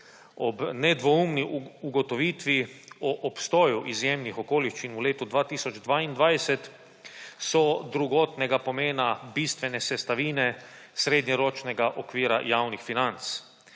Ob nedvoumni ugotovitvi o obstoju izjemnih okoliščin v letu 2022 so drugotnega pomena bistvene sestavine srednjeročnega okvira javnih financ.